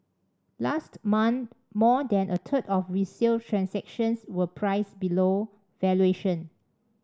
last month more than a third of resale transactions were priced below valuation